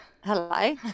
Hello